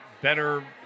better